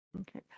okay